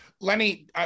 Lenny